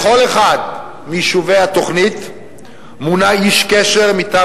לכל אחד מיישובי התוכנית מונה איש קשר מטעם